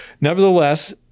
nevertheless